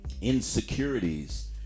insecurities